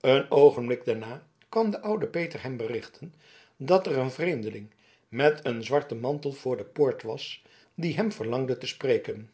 een oogenblik daarna kwam de oude peter hem berichten dat er een vreemdeling met een zwarten mantel voor de poort was die hem verlangde te spreken